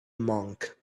monk